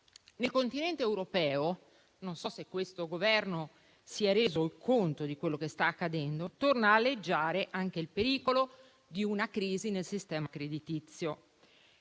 Nel Continente europeo - non so se questo Governo si sia reso conto di quello che sta accadendo - torna ad aleggiare anche il pericolo di una crisi nel sistema creditizio.